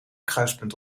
kruispunt